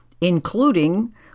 including